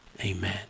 Amen